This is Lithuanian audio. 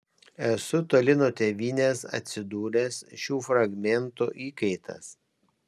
esu toli nuo tėvynės atsidūręs šių fragmentų įkaitas